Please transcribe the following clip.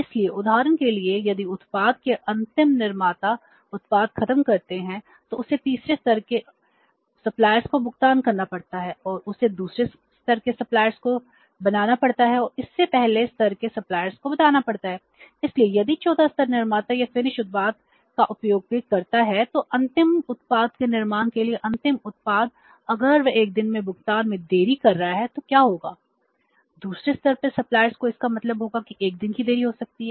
इसलिए उदाहरण के लिए यदि उत्पाद के अंतिम निर्माता उत्पाद खत्म करते हैं तो उसे तीसरे स्तर के आपूर्तिकर्ताओं को भुगतान करना पड़ता है और उसे दूसरे स्तर के सप्लायर्स को इसका मतलब होगा कि 1 दिन की देरी हो सकती है